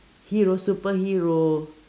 hero superhero